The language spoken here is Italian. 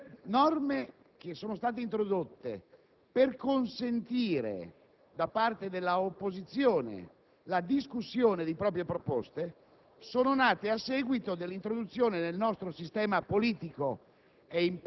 che nei Regolamenti parlamentari certe norme, introdotte per consentire da parte dell'opposizione la discussione di proprie proposte,